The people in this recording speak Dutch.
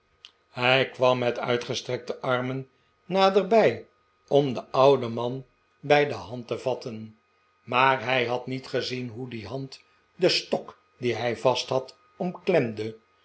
hij kwam met uitgestrekte armen naderbij om den ouden man bij de hand te vatten maar hij had niet gezien r hoe die hand den stok dien hij vast had omklemde